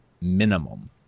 minimum